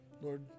lord